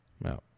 No